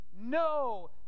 no